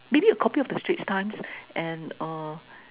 maybe a copy of the Straits Times and uh